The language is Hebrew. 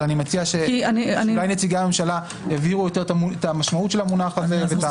אבל אני מציע שנציגי הממשלה יבהירו יותר את המשמעות של המונח הזה.